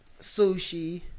sushi